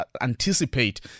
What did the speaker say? anticipate